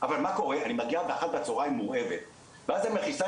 אבל מה קורה אני מגיעה באחת בצוהריים מורעבת ואז אני מכניסה